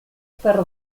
per